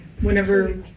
whenever